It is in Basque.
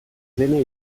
dena